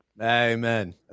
Amen